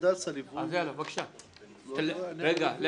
אני